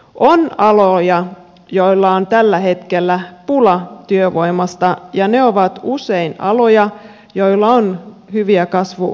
on aloja joilla on tällä hetkellä pula työvoimasta ja ne ovat usein aloja joilla on hyviä kasvumahdollisuuksia